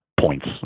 points